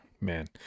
Man